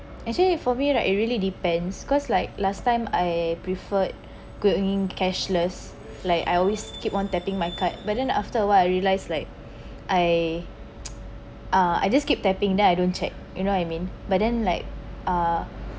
actually for me right it really depends cause like last time I preferred going cashless like I always keep on tapping my card but then after awhile I realize like I uh I just keep tapping then I don't check you know I mean by then like uh